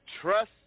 trust